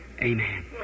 Amen